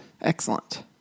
excellent